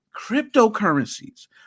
cryptocurrencies